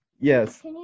Yes